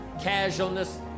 casualness